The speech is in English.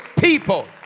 people